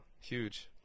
huge